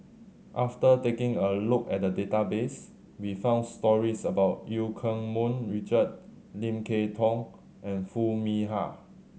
after taking a look at the database we found stories about Eu Keng Mun Richard Lim Kay Tong and Foo Mee Har